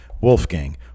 Wolfgang